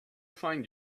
find